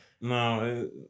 No